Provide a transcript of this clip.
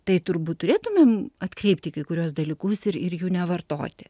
tai turbūt turėtumėm atkreipt į kai kuriuos dalykus ir ir jų nevartoti